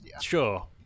Sure